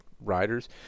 riders